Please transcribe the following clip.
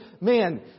Man